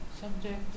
subject